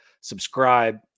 subscribe